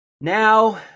Now